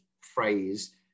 phrase